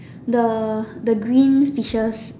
the the green fishes